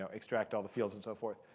so extract all the fields, and so forth.